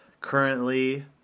currently